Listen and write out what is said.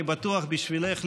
אני בטוח בשבילך,